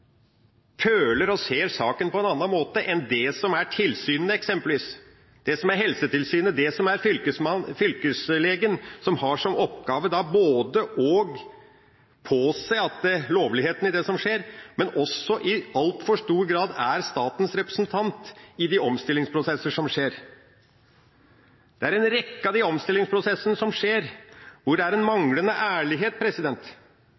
føler og ser saken på en annen måte enn tilsynene, eksempelvis Helsetilsynet eller fylkeslegen, som har som oppgave å påse lovligheten i det som skjer, men som også, i altfor stor grad, er statens representant i de omstillingsprosesser som skjer. Det er en rekke av de omstillingsprosessene som skjer, hvor det er en